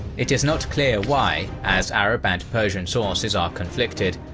it is not clear why, as arab and persian sources are conflicted,